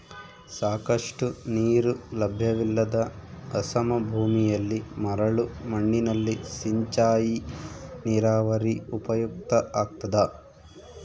ಸಾಕಷ್ಟು ನೀರು ಲಭ್ಯವಿಲ್ಲದ ಅಸಮ ಭೂಮಿಯಲ್ಲಿ ಮರಳು ಮಣ್ಣಿನಲ್ಲಿ ಸಿಂಚಾಯಿ ನೀರಾವರಿ ಉಪಯುಕ್ತ ಆಗ್ತದ